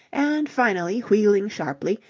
and, finally, wheeling sharply,